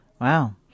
Wow